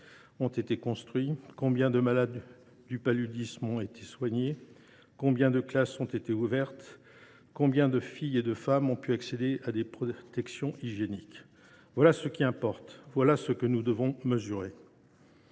ont été construits, combien de malades du paludisme ont été soignés, combien de classes ont elles été ouvertes, ou combien de filles et de femmes ont pu accéder à des protections hygiéniques. Voilà ce qui importe, voilà ce que nous devons mesurer